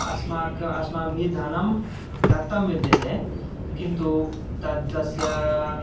अस्माक अस्माभिः धनं दत्तं विद्यते किन्तु तत् तस्य